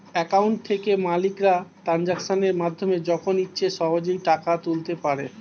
account থেকে মালিকরা ট্রানজাকশনের মাধ্যমে যখন ইচ্ছে সহজেই টাকা তুলতে পারে